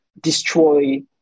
destroy